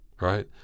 right